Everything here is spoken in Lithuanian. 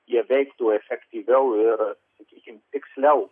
jie veiktų efektyviau ir sakykim tiksliau